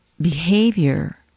behavior